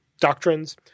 doctrines